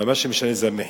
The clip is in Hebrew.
אבל מה שמשנה זה המחיר.